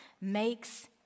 makes